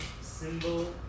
symbol